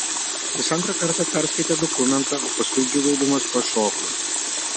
jis antrą kartą perskaitė dokumentą o paskui džiūgaudamas pašoko